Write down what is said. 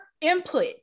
input